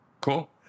Cool